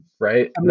right